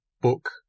book